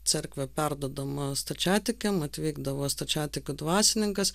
cerkvė perduodama stačiatikiam atvykdavo stačiatikių dvasininkas